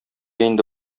инде